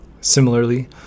Similarly